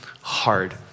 hard